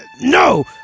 No